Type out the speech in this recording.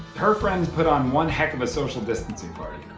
her friends put on one heck of a social distancing party.